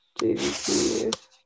jvc